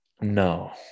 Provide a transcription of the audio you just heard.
No